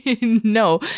No